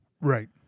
Right